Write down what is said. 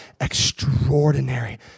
extraordinary